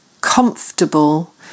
comfortable